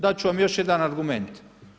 Dati ću vam još jedan argument.